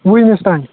وُہِمِس تانۍ